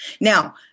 Now